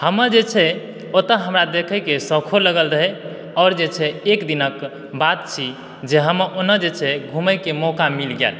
हमर जे छै ओतय हमरा देख़य के शौखो लगल रहै आओर जे छै एक दिनक बात छी जे हम ओना जे छै घूमय के मौक़ा मिल जायत